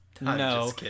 No